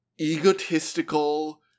egotistical